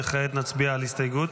וכעת נצביע על הסתייגות?